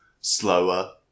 slower